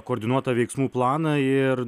koordinuotą veiksmų planą ir